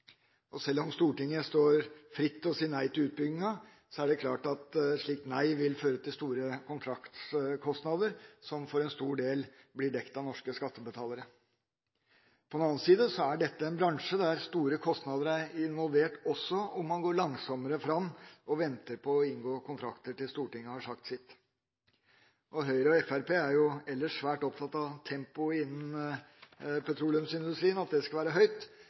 Selv om Stortinget står fritt til å si nei til utbyggingen, er det klart at et slikt nei vil føre til store kontraktskostnader som for en stor del blir dekt av norske skattebetalere. På den annen side er dette en bransje der store kostnader er involvert, også om man går langsommere fram og venter på å inngå kontrakter til Stortinget har sagt sitt. Høyre og Fremskrittspartiet er jo ellers svært opptatt av at tempoet innen petroleumsindustrien skal være høyt,